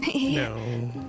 No